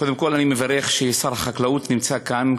קודם כול אני מברך על כך ששר החקלאות נמצא כאן,